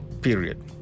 Period